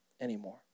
anymore